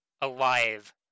alive